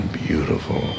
beautiful